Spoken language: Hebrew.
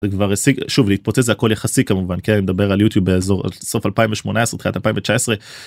כבר השיג שוב להתפוצץ הכל יחסי כמובן כן מדבר על יוטיוב באזור סוף 2018 תחילת 2019.